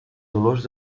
dolors